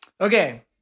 Okay